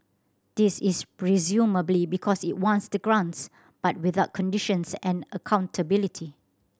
this is presumably because it wants the grants but without conditions and accountability